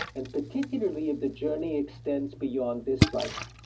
and particularly of the journey extends beyond this life.